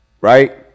right